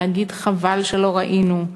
להגיד: חבל שלא ראינו.